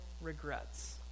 regrets